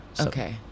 okay